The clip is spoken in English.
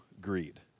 greed